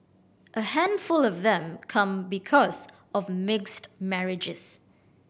a handful of them come because of mixed marriages